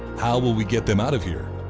how will we get them out of here?